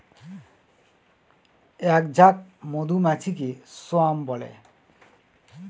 এক ঝাঁক মধুমাছিকে স্বোয়াম বলে